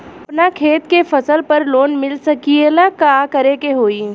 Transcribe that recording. अपना खेत के फसल पर लोन मिल सकीएला का करे के होई?